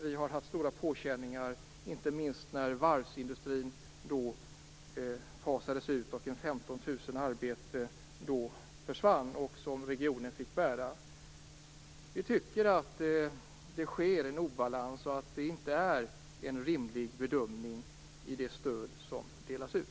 Vi har inte minst känt av att varvsindustrin fasades ut och 15 000 arbeten försvann. Allt detta fick regionen bära. Vi tycker att det finns en obalans. Det är ingen rimlig bedömning som ligger bakom det stöd som delas ut.